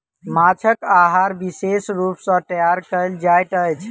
माँछक आहार विशेष रूप सॅ तैयार कयल जाइत अछि